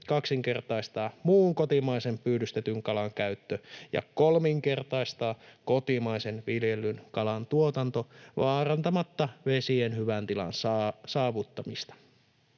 kaksinkertaistaa muun kotimaisen pyydystetyn kalan käyttö ja kolminkertaistaa kotimaisen viljellyn kalan tuotanto vaarantamatta vesien hyvän tilan saavuttamista.